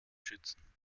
schützen